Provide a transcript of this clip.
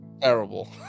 Terrible